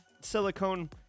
silicone